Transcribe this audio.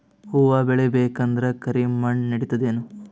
ಹುವ ಬೇಳಿ ಬೇಕಂದ್ರ ಕರಿಮಣ್ ನಡಿತದೇನು?